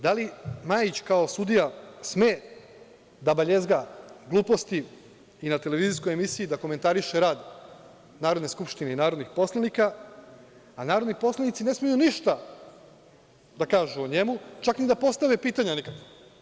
Da li Majić kao sudija sme da baljezga gluposti i na televizijskoj emisiji da komentariše rad Narodne skupštine i narodnih poslanika, a narodni poslanici ne smeju ništa da kažu o njemu, čak ni da postave neka pitanja nikakva?